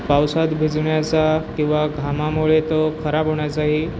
पावसात भिजण्याचा किंवा घामामुळे तो खराब होण्याचाही